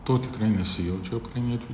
to tikrai nesijaučia ukrainiečių